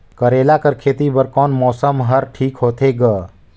करेला कर खेती बर कोन मौसम हर ठीक होथे ग?